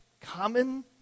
common